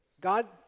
God